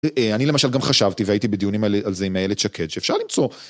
אני למשל גם חשבתי והייתי בדיונים על זה עם אילת שקד שאפשר למצוא